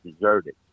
deserted